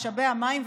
משאבי המים,